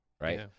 Right